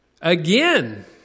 Again